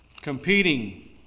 competing